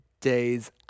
days